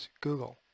Google